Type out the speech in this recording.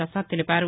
పసాద్ తెలిపారు